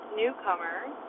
newcomers